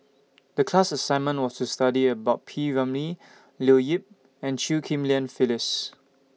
The class assignment was to study about P Ramlee Leo Yip and Chew Ghim Lian Phyllis